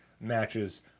matches